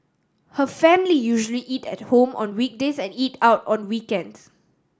her family usually eat at home on weekdays and eat out on weekends